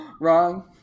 Wrong